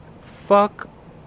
Fuck